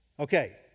Okay